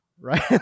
Right